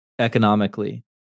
economically